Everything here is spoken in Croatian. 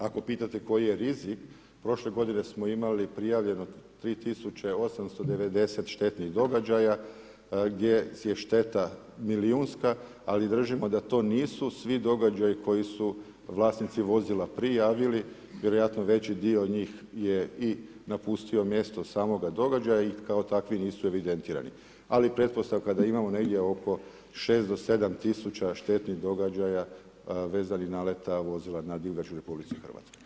Ako pitate koji rizik, prošle godine smo imali prijavljeno 3890 štetnih događaja gdje je šteta milijunska ali držimo da to nisu svi događaji koji su vlasnici vozila prijavili, vjerojatno veći dio njih je i napustio mjesto samoga događaja i kao takvi nisu evidentirani ali pretpostavka da imamo negdje oko 6 do 7000 štetnih događaja vezanih naleta vozila nad divljači u RH.